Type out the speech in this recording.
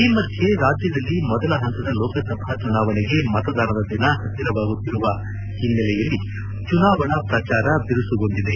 ಈ ಮಧ್ಯೆ ರಾಜ್ಯದಲ್ಲಿ ಮೊದಲ ಹಂತದ ಲೋಕಸಭಾ ಚುನಾವಣೆಗೆ ಮತದಾನದ ದಿನ ಹತ್ತಿರವಾಗುತ್ತಿರುವ ಹಿನ್ನೆಲೆಯಲ್ಲಿ ಚುನಾವಣಾ ಪ್ರಚಾರ ಬಿರುಸುಗೊಂಡಿದೆ